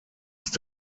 ist